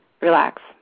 relax